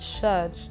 church